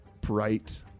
bright